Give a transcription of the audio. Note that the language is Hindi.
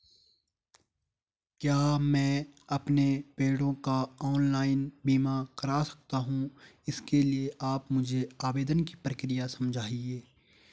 क्या मैं अपने पेड़ों का ऑनलाइन बीमा करा सकता हूँ इसके लिए आप मुझे आवेदन की प्रक्रिया समझाइए?